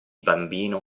bambino